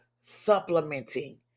supplementing